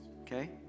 okay